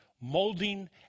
molding